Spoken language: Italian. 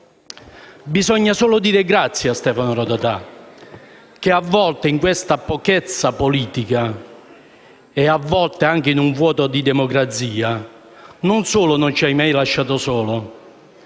Bisogna solo dire grazie a Stefano Rodotà che, a volte in un panorama di pochezza politica e a volte anche di un vuoto di democrazia, non solo non ci ha mai abbandonati